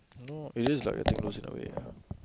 no it is like I think lose that way ah